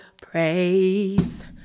praise